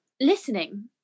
listening